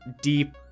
deep